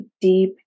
deep